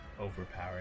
overpowered